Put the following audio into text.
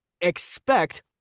expect